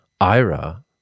Ira